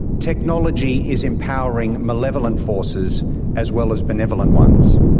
technology is empowering malevolent forces as well as benevolent ones.